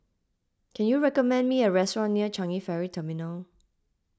can you recommend me a restaurant near Changi Ferry Terminal